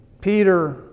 Peter